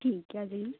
ਠੀਕ ਹੈ ਜੀ